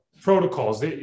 protocols